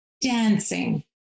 dancing